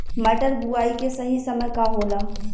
मटर बुआई के सही समय का होला?